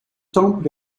temple